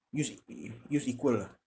use e~ use equal ah